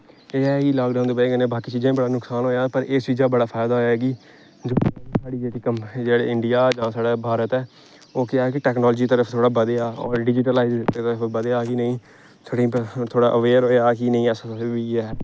एह् ऐ लाकडाउन दी बजह् कन्नै बाकी चीज दा बी बडा नकसान होएआ पर इस चीजा दा बड़ा फायदा होएआ कि इंडिया जां साढ़ा भारत ऐ ओह् केह् ऐ कि टैक्नालाजी तरफ थोह्ड़ा बधेआ होर डिजिटलाइज बक्खी बधेआ कि नेईं थोह्ड़ी थोह्ड़ा अवेयर होएआ कि नेईं ऐसा बी ऐ